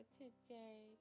today